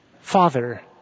Father